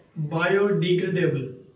Biodegradable